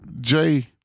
Jay